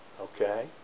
Okay